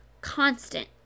constant